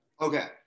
okay